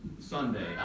Sunday